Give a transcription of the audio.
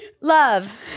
love